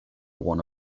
one